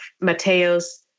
Mateo's